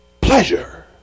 pleasure